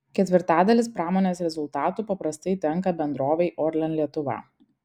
ketvirtadalis pramonės rezultatų paprastai tenka bendrovei orlen lietuva